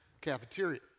cafeteria